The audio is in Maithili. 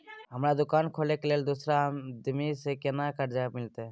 हमरा दुकान खोले के लेल दूसरा आदमी से केना कर्जा मिलते?